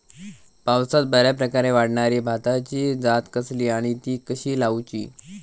पावसात बऱ्याप्रकारे वाढणारी भाताची जात कसली आणि ती कशी लाऊची?